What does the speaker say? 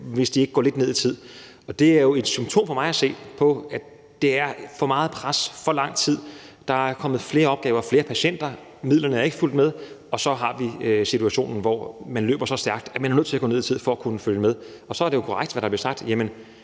går de så ofte lidt ned i tid. Det er jo for mig at se et symptom på, at der er for meget pres i for lang tid, der er kommet flere opgaver og flere patienter, og midlerne er ikke fulgt med, og så har vi situationen, hvor man løber så stærkt, at man er nødt til at gå ned i tid for at kunne følge med. Så er det jo korrekt, hvad der bliver sagt, nemlig